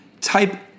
type